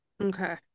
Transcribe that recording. Okay